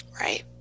Right